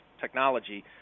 technology